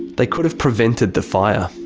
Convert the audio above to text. they could've prevented the fire.